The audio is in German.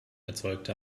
erzeugte